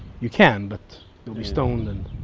you can, but youd'd be stoned and